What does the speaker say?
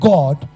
God